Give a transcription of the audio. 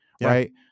right